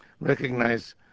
recognize